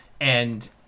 and-